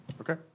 okay